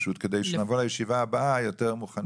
כדי שנבוא לישיבה הבאה יותר מוכנים,